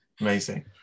Amazing